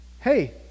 Hey